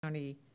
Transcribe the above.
County